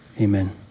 amen